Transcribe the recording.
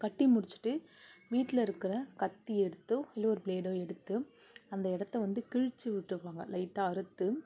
கட்டி முடிச்சிட்டு வீட்டில இருக்கற கத்தி எடுத்தோ இல்லை ஒரு பிளேடோ எடுத்து அந்த இடத்த வந்து கிழித்து விட்டுருவாங்க லைட்டாக அறுத்து